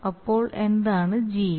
അപ്പോൾ എന്താണ് Gu